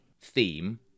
theme